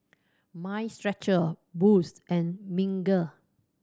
Mind Stretcher Boost and Smiggle